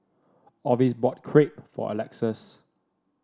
Orvis bought Crepe for Alexus